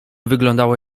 wyglądała